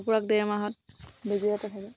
কুকুৰাক ডেৰমাহত বেজী এটা থাকে